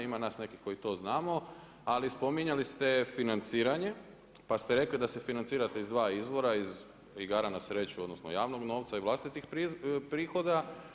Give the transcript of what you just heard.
Ima nas nekih koji to znamo, ali spominjali ste financiranje, pa ste rekli da se financirate iz dva izvora iz igara na sreću, odnosno javnog novca i vlastitih prihoda.